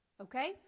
Okay